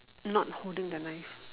not holding the knife